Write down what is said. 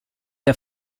der